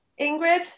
Ingrid